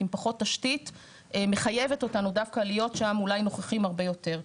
עם פחות תשתית מחייבת אותנו להיות דווקא להיות אולי נוכחים הרבה יותר.